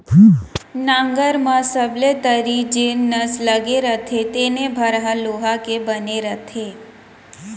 नंगर म सबले तरी जेन नस लगे रथे तेने भर ह लोहा के बने रथे